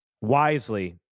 wisely